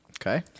Okay